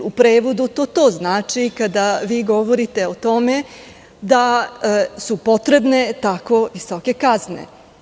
U prevodu to to znači, kada vi govorite o tome da su potrebne tako visoke kazne.